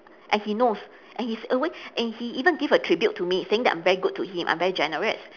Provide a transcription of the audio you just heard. and he knows and he's always and he even give a tribute to me saying that I'm very good to him I'm very generous